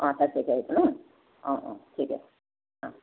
অঁ সাত তাৰিখে আহিব ন অঁ অঁ ঠিক আছে অঁ